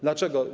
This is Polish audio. Dlaczego?